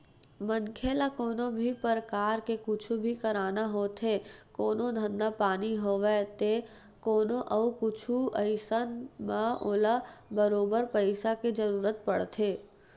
मनखे ल कोनो भी परकार के कुछु भी करना होथे कोनो धंधा पानी होवय ते कोनो अउ कुछु अइसन म ओला बरोबर पइसा के जरुरत पड़थे